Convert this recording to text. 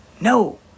No